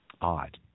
odd